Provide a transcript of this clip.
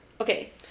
okay